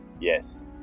Yes